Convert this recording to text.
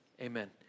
Amen